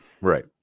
right